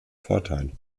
vorteil